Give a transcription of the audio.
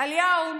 היום